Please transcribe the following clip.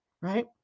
right